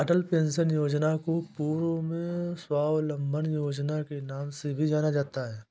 अटल pension Yojana को पूर्व में स्वाबलंबन योजना के नाम से भी जाना जाता था